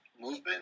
movement